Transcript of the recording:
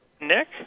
Nick